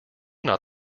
not